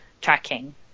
tracking